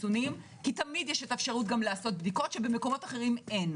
חיסונים כי תמיד יש האפשרות לעשות בדיקות שבמקומות אחרים אין.